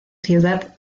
ciudad